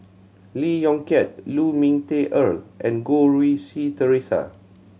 Lee Yong Kiat Lu Ming Teh Earl and Goh Rui Si Theresa